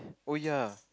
oh ya